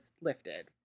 lifted